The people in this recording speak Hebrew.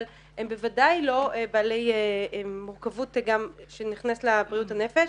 אבל הם בוודאי לא בעלי מורכבות שנכנסת גם לבריאות הנפש.